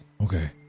Okay